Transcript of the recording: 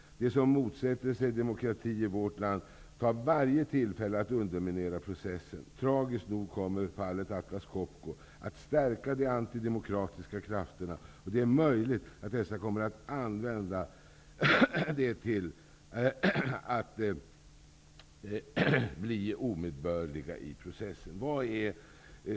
De som motsätter sig demokrati i vårt land tar varje tillfälle att underminera processen. Tragiskt nog kommer fallet Atlas Copco att stärka de antidemokratiska krafterna, och det är möjligt att dessa kommer att använda det till att bli omedgörliga i processen.